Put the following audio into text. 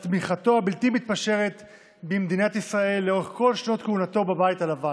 על תמיכתו הבלתי-מתפשרת במדינת ישראל לאורך כל שנות כהונתו בבית הלבן.